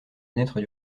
fenêtres